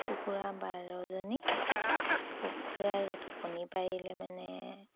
কুকুৰা বাৰজনী কুকুৰাই যে কণী পাৰিলে মানে